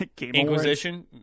Inquisition